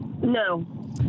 No